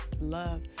love